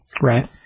Right